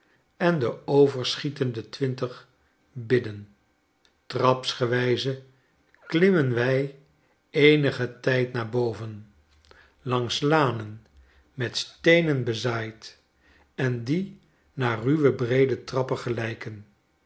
en de overschietende twintig bidden trapsgewijze klimmen wij eenigen tijdnaar boverf langs lanen met steenenbezaaid en die naar ruwe breede trappen gelijken